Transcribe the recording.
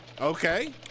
Okay